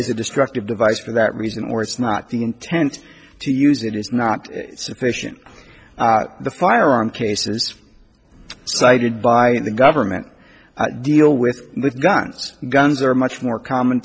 is a destructive device for that reason or it's not the intent to use it is not sufficient the firearm cases cited by the government deal with with guns guns are much more common